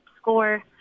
score